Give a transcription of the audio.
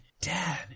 dad